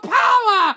power